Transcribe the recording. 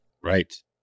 Right